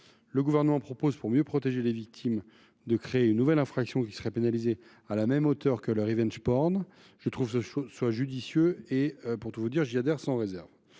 Le Gouvernement propose, pour mieux protéger les victimes, de créer une nouvelle infraction qui serait pénalisée à la même hauteur que le. Je trouve ce choix judicieux et j’y adhère sans réserve.